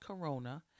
corona